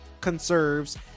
conserves